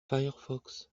firefox